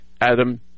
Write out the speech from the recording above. Adam